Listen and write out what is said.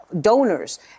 donors